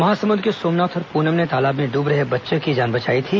महासमुद के सोमनाथ और पूनम ने तालाब में डूब रहे बच्चे की जान बचाई थी